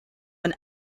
been